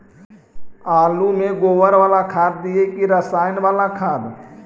आलु में गोबर बाला खाद दियै कि रसायन बाला खाद?